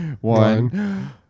one